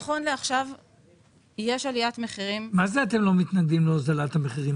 מה זה, אתם לא מתנגדים להוזלת המחירים?